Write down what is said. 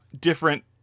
different